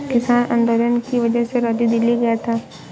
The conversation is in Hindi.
किसान आंदोलन की वजह से राजू दिल्ली गया था